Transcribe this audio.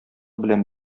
белән